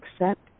accept